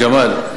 ג'מאל,